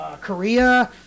korea